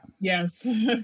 Yes